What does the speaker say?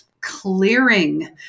clearing